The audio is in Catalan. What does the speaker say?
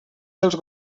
dels